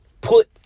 put